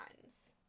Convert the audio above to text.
times